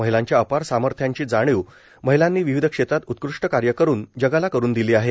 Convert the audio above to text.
महिलांच्या अपार सामर्थ्यांची जाणीव महिलांनी विविध क्षेत्रात उत्कृष्ट कार्य करून जगाला करून दिली आहे